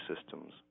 systems